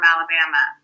Alabama